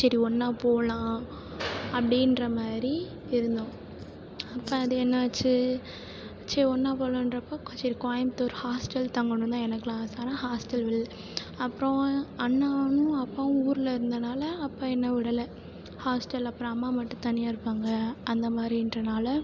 சரி ஒன்றா போகலாம் அப்படீன்ற மாதிரி இருந்தோம் அப்போ அது என்னாச்சு சரி ஒன்றா போகலான்றப்போ சரி கோயமுத்தூர் ஹாஸ்டல் தங்கணுந்தான் எனக்குலாம் ஆசை ஆனால் ஹாஸ்டல் விடலை அப்பறம் அண்ணாவும் அப்பாவும் ஊரில் இருந்தனால் அப்பா என்னை விடலை ஹாஸ்டல் அப்புறம் அம்மா மட்டும் தனியாக இருப்பாங்க அந்த மாதிரின்றனால